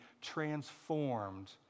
transformed